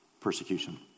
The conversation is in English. persecution